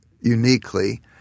uniquely